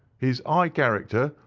his high character,